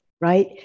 right